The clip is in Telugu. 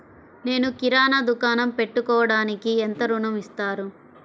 నేను కిరాణా దుకాణం పెట్టుకోడానికి ఎంత ఋణం ఇస్తారు?